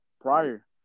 prior